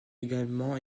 également